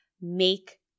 make